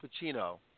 Pacino